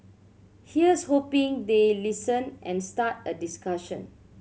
here's hoping they listen and start a discussion